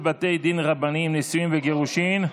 בתי דין רבניים (נישואין וגירושין)